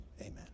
Amen